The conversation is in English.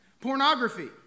Pornography